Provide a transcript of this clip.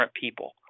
people